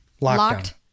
locked